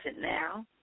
now